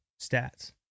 stats